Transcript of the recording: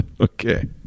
Okay